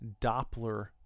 Doppler